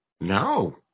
No